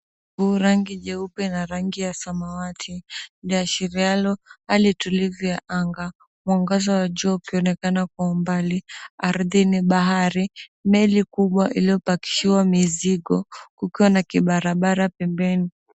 Mawingu rangi jeupe na rangi ya samawati iashirialo hali tulivu ya anga. Mwangaza ya jua ikionekana kwa umbali ardhini bahari meli kubwa iliyopakishwa mizigo kukiwa na kibarabara pembeni.